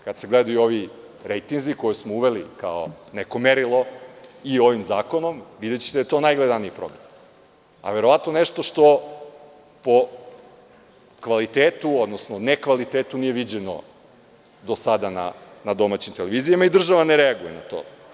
Kada se gledaju ovi rejtinzi, koje smo uveli kao neko merilo i ovim zakonom, videćete da je to najgledaniji program, a verovatno nešto što po kvalitetu, odnosno nekvalitetnu nije viđeno do sada na domaćim televizijama i država ne reaguje na to.